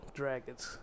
dragons